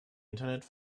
internet